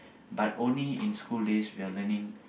but only in school days we are learning